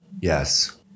Yes